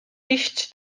iść